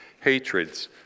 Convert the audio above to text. hatreds